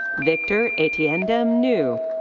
victor etiendem ngu.